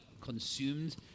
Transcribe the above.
consumed